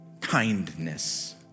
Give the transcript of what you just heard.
kindness